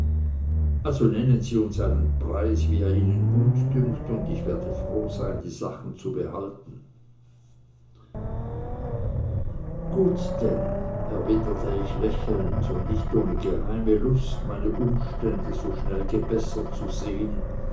also nennen sie einen preis wie er ihnen gut dünkt und ich werde froh sein die sachen zu behalten gut denn erwiderte ich lächelnd und nicht ohne geheime lust meine umstände so schnell gebessert zu sehen